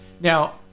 now